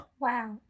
wow